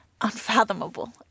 unfathomable